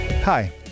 Hi